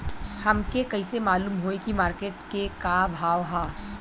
हमके कइसे मालूम होई की मार्केट के का भाव ह?